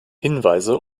hinweise